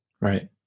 right